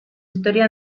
historia